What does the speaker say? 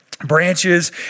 branches